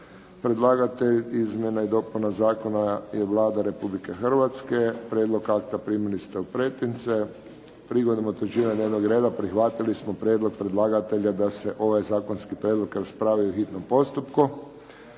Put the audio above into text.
Predlagatelj izmjena i dopuna zakona je Vlada Republike Hrvatske. Prijedlog akta primili ste u pretince. Prigodom utvrđivanja dnevnog reda prihvatili smo prijedlog predlagatelja da se ovaj zakonski prijedlog raspravi po hitnom postupku.